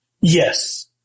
Yes